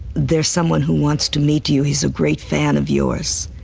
there's someone who wants to meet you, he's a great fan of yours.